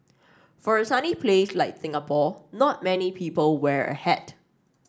for a sunny place like Singapore not many people wear a hat